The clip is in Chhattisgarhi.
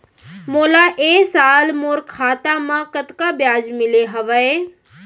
मोला ए साल मोर खाता म कतका ब्याज मिले हवये?